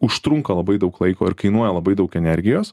užtrunka labai daug laiko ir kainuoja labai daug energijos